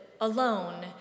alone